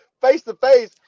face-to-face